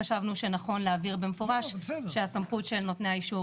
חשבנו שנכון להעביר במפורש שהסמכות של נותני האישור